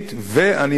ואני מניח,